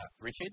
Richard